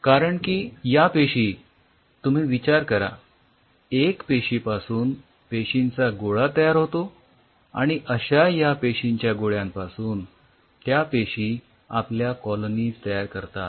कारण की या पेशी तुम्ही विचार करा एक पेशीपासून पेशींचा गोळा तयार होतो आणि अश्या या पेशींच्या गोळ्यांपासून त्या पेशी आपल्या कॉलोनीज तयार करतात